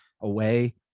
away